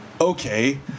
okay